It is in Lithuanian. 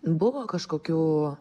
buvo kažkokių